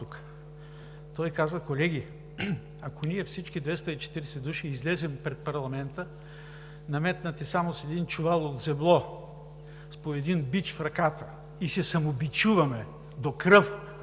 Той каза: „Колеги, ако ние всички – 240 души, излезем пред парламента наметнати само с един чувал от зебло, с по един бич в ръката и се самобичуваме до кръв